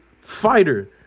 fighter